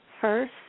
first